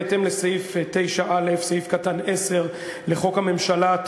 בהתאם לסעיף 9(א)(10) לחוק הממשלה,